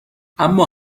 اما